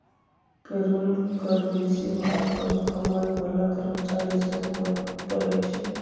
payroll कर बेशी भार कम कमाइ बला कर्मचारि सभ पर पड़इ छै